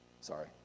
Sorry